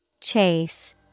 Chase